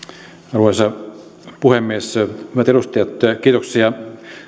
arvoisa puhemies hyvät edustajat kiitoksia